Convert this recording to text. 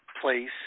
place